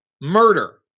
murder